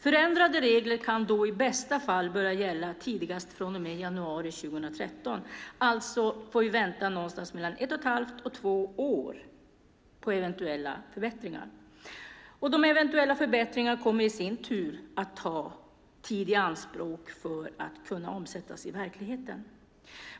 Förändrade regler kan då i bästa fall börja gälla tidigast januari 2013. Alltså får vi vänta någonstans mellan ett och ett halvt och två år på eventuella förbättringar. De eventuella förbättringarna kommer i sin tur ta tid i anspråk för att kunna omsättas i verkligheten.